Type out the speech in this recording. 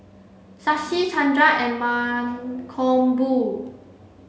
Shashi Chandra and Mankombu